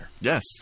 Yes